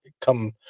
Come